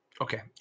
Okay